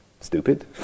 Stupid